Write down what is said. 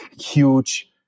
huge